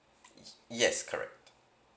yes correct